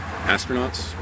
Astronauts